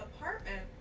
apartment